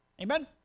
Amen